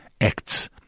acts